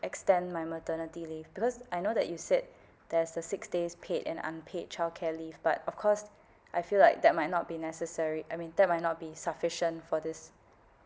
extend my maternity leave because I know that you said there's a six days paid and unpaid childcare leave but of course I feel like that might not be necessary I mean that might not be sufficient for this